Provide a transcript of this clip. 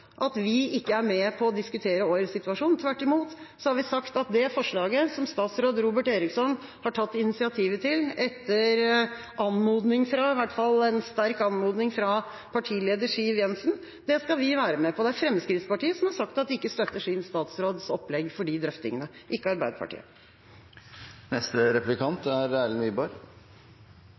at vi ikke er med på å diskutere årets situasjon. Tvert imot har vi sagt at det forslaget som statsråd Robert Eriksson har tatt initiativet til etter sterk anmodning fra partileder Siv Jensen, skal vi være med på. Det er Fremskrittspartiet som har sagt at de ikke støtter sin statsråds opplegg for de drøftingene, ikke Arbeiderpartiet.